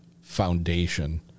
foundation